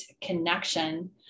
connection